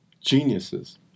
geniuses